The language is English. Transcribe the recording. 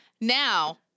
Now